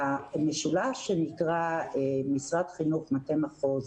המשוואה של משרד חינוך, מטה מחוז,